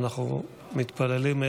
ואנחנו מתפללים,